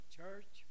church